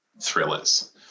thrillers